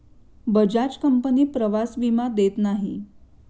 Bajaj company प्रवास विमा देत नाही